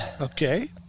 okay